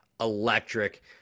electric